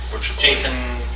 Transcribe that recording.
Jason